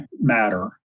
matter